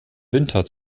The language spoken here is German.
winter